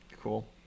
cool